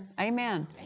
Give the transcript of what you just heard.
Amen